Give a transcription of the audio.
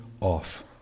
off